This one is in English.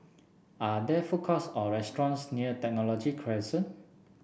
are there food courts or restaurants near Technology Crescent